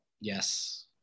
Yes